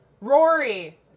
Rory